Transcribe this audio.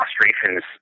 frustrations